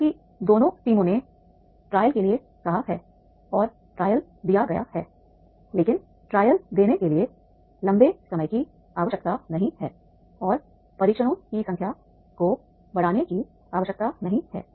हालाँकि दोनों टीमों ने ट्रायल के लिए कहा है और ट्रायल दिया गया है लेकिन ट्रायल देने के लिए लंबे समय की आवश्यकता नहीं है और परीक्षणों की संख्या को बढ़ाने की आवश्यकता नहीं है